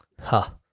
Ha